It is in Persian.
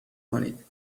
کنید